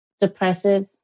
Depressive